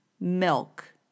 milk